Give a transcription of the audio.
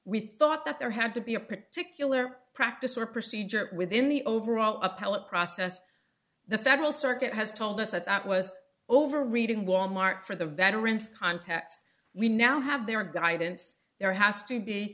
we thought that there had to be a particular practice or procedure within the overall appellate process the federal circuit has told us that that was over reading wal mart for the veterans context we now have their guidance there has to be